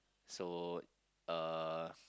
so uh